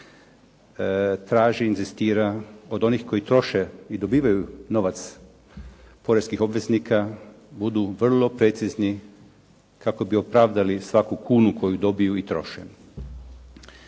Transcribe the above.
traži i inzistira od onih koji troše i dobivaju novac poreskih obveznika, budu vrlo precizni kako bi opravdali svaku kunu koju dobiju i troše.